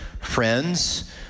friends